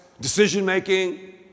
decision-making